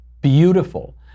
Beautiful